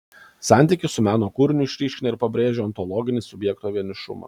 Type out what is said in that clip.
santykis su meno kūriniu išryškina ir pabrėžia ontologinį subjekto vienišumą